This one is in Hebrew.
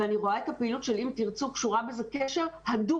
ואני רואה את הפעילות של "אם תרצו" קשורה בזה קשר הדוק.